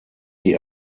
die